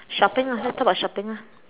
shopping ah let's talk about shopping ah